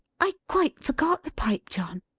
i quite forgot the pipe, john.